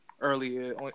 earlier